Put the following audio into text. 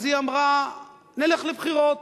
אז היא אמרה: נלך לבחירות,